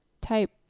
type